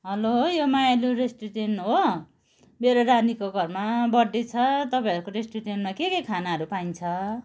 hello यो मायालु restaurant हो मेरो नानीको घरमा बर्थडे छ तपाईँहरूको रेस्ट्रुरेन्टमा के के खानाहरू पाइन्छ